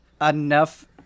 enough